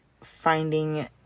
finding